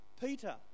Peter